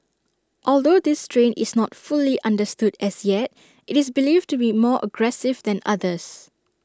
although this strain is not fully understood as yet IT is believed to be more aggressive than others